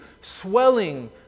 swelling